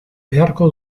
beharko